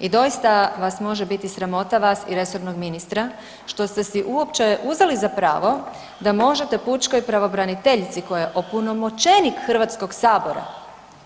I doista vas može biti sramota vas i resornog ministra što ste si uopće uzeli za pravo da možete pučkoj pravobraniteljici koja je opunomoćenik Hrvatskog sabora